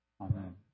Amen